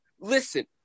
listen